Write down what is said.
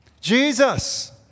Jesus